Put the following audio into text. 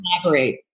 collaborate